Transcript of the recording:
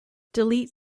delete